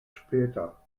später